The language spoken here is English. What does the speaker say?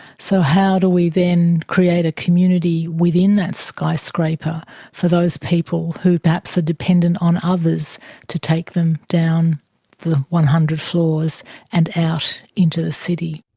so how do we then create a community within that skyscraper for those people who perhaps are dependent on others to take them down the one hundred floors and out into the city.